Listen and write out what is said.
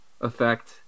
effect